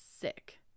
sick